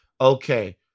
Okay